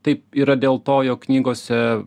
taip yra dėl to jog knygose